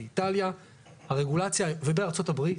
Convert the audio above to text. באיטליה ובארצות הברית.